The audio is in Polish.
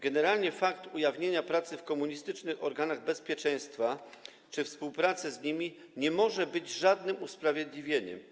Generalnie fakt ujawnienia pracy w komunistycznych organach bezpieczeństwa czy współpracy z nimi nie może być żadnym usprawiedliwieniem.